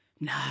No